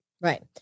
Right